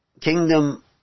kingdom